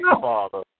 Father